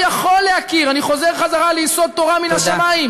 אני, חבר הכנסת סמוטריץ, אני מבקשת לסיים.